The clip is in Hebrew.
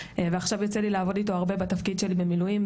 ועכשיו יוצא לי לעבוד אתו הרבה בתפקיד שלי במילואים,